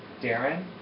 Darren